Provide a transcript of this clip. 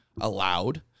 allowed